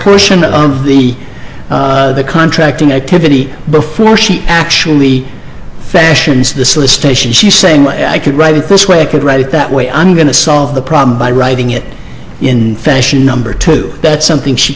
portion of the contracting activity before she actually fashions this list station she's saying my i could write it this way i could write it that way i'm going to solve the problem by writing it in fashion number two that's something she